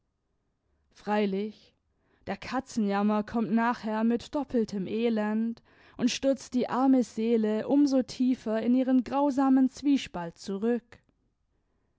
freilich der katzenjammer kommt nachher mit doppeltem elend und stürzt die arme seele um so tiefer in ihren grausamen zwiespalt zurück